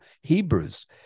Hebrews